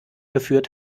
geführt